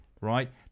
Right